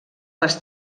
les